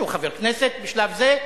שהוא חבר כנסת בשלב זה.